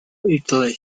italy